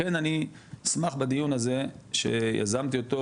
לכן אני אשמח בדיון הזה שיזמתי אותו